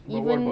even